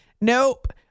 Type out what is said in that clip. Nope